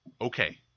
okay